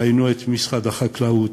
ראינו את משרד החקלאות,